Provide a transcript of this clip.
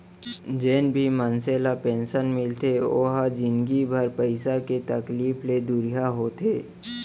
जेन भी मनसे ल पेंसन मिलथे ओ ह जिनगी भर पइसा के तकलीफ ले दुरिहा होथे